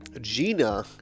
gina